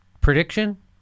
Prediction